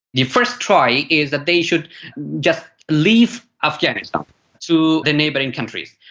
the first try is that they should just leave afghanistan to the neighbouring countries,